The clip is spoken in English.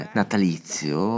natalizio